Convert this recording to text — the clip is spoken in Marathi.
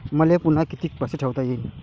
मले पुन्हा कितीक पैसे ठेवता येईन?